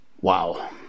Wow